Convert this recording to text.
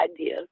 idea